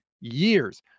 years